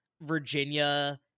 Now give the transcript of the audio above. Virginia